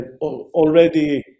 already